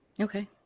Okay